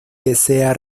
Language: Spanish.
desea